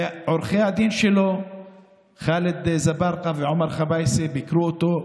ועורכי הדין שלו חאלד אזברגה ועומר חמאיסי ביקרו אותו,